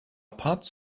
paz